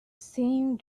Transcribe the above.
same